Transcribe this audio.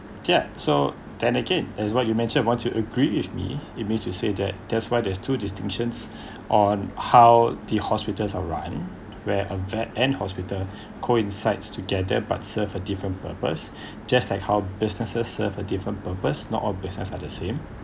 kiat so then again as what you mentioned once you agreed with me it means you say that that's why there's two distinctions on how the hospitals are run not running where a vet and hospital coincides together but serves a different purpose just like how businesses serve a different purpose not all business are the same